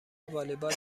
والیبال